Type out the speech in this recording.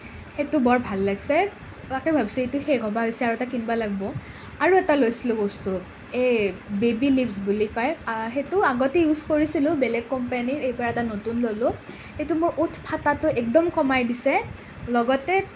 সেইটো বৰ ভাল লাগিছে তাকে ভাবিছোঁ এইটো শেষ হ'বৰ হৈছে আৰু এটা কিনিব লাগিব আৰু এটা লৈছিলোঁ বস্তু এই বেবী লিপছ বুলি কয় সেইটো আগতে ইউজ কৰিছিলোঁ বেলেগ কোম্পেনীৰ এইবাৰ এটা নতুন ল'লোঁ সেইটো মোৰ ওঠ ফাটাটো একদম কমাই দিছে লগতে